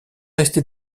restait